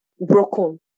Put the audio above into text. broken